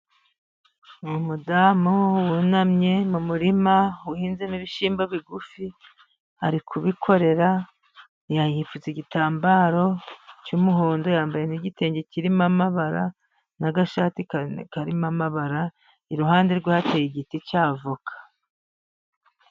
Umudamu wunamye mu murima uhinzemo ibishyimbo bigufi. Ari kubikorera, yipfutse igitambaro cy'umuhondo; yambaye n'igitenge kirimo amabara n'agashati karimo amabara. Iruhande rwe hateye igiti cy'avoka.